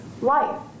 life